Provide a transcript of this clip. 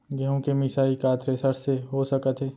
गेहूँ के मिसाई का थ्रेसर से हो सकत हे?